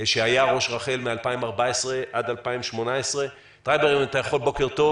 שהיה ראש רח"ל מ-2014 עד 2018. בוקר טוב.